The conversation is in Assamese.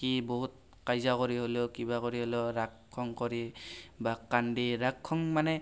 সি বহুত কাজিয়া কৰি হ'লেও কিবা কৰি হ'লেও ৰাগ খং কৰি বা কান্দি ৰাগ খং মানে